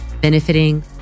benefiting